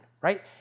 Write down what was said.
right